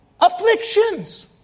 afflictions